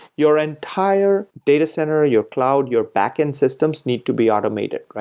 your entire data center, your cloud, your backend systems need to be automated,